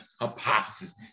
hypothesis